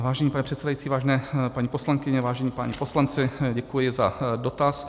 Vážený pane předsedající, vážené paní poslankyně, vážení páni poslanci, děkuji za dotaz.